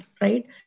right